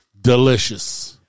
delicious